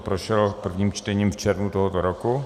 Prošel prvním čtením v červnu tohoto roku.